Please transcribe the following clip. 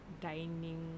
dining